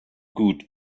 good